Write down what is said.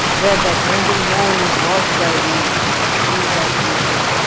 where that noble mole is washed by waves, and cooled by breezes,